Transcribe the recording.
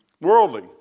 worldly